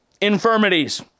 infirmities